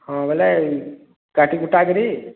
ହଁ ବେଲେ କାଟି କୁଟା କିରି